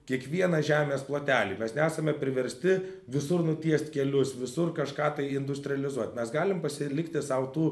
kiekvieną žemės plotelį mes nesame priversti visur nutiest kelius visur kažką tai industrializuot mes galim pasilikti sau tų